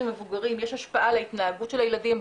מבוגרים יש השפעה על ההתנהגות של הילדים,